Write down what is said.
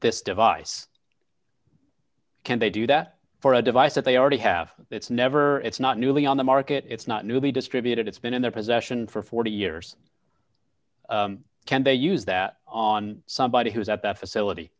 this device can they do that for a device that they already have it's never it's not newly on the market it's not new be distributed it's been in their possession for forty years can they use that on somebody who is at that facility